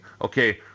okay